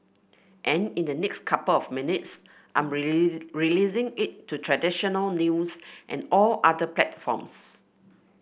and in the next couple of minutes I'm release releasing it to traditional news and all other platforms